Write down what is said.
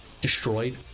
destroyed